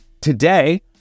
Today